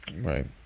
Right